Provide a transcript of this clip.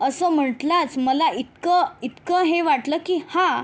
असं म्हटलाच मला इतकं इतकं हे वाटलं की हां